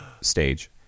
stage